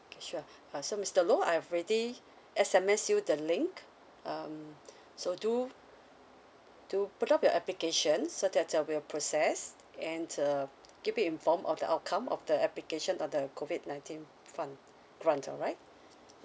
okay sure uh so mister low I've already sms you the link um so do to put up your application so that uh we'll process and uh keep you informed of the outcome of the application of the COVID nineteen fund grant alright